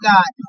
God